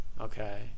Okay